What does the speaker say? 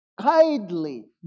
kindly